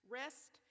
rest